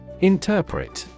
Interpret